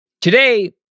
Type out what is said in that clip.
Today